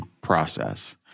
process